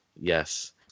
Yes